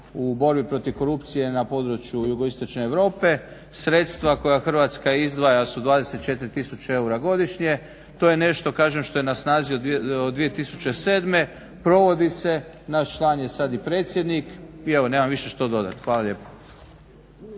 u borbi protiv korupcije na području Jugoistočne Europe. Sredstva koja Hrvatska izdvaja su 24 tisuće eura godišnje. To je nešto kažem što je na snazi od 2007.provodi se, naš član je sada predsjednik. I evo nemam više što dodati. Hvala lijepo.